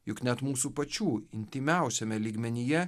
juk net mūsų pačių intymiausiame lygmenyje